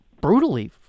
brutally